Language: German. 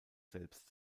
selbst